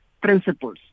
principles